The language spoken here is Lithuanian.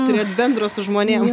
turėt bendro su žmonėm